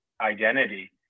identity